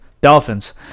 dolphins